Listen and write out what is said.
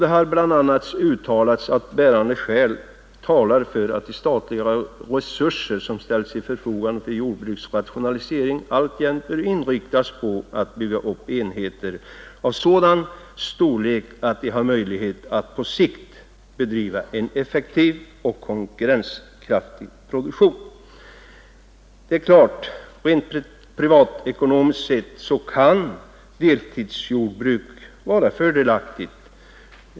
Det har bl.a. uttalats att bärande skäl talar för att de statliga resurser som ställs till förfogande för jordbrukets rationalisering alltjämt bör inriktas på att bygga upp enheter av sådan storlek att de har möjligheter att på sikt bedriva en effektiv och konkurrenskraftig produktion. Det är klart att rent privatekonomiskt sett kan deltidsjordbruk vara fördelaktigt.